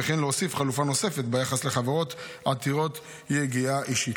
וכן להוסיף חלופה נוספת ביחס לחברות עתירות יגיעה אישית.